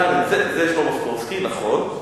זה שלמה סקולסקי, נכון.